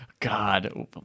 God